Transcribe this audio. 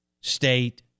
State